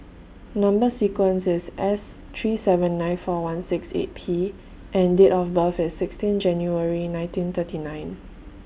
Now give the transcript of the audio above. Number sequence IS S three seven nine four one six eight P and Date of birth IS sixteen January nineteen thirty nine